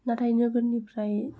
नाथाय नोगोरनिफ्राय